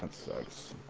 and size.